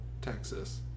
Texas